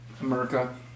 America